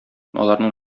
аларның